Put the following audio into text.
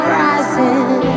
rising